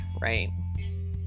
right